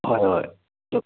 ꯍꯣꯏ ꯍꯣꯏ